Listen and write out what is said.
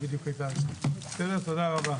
תודה רבה.